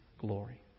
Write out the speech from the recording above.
glory